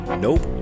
Nope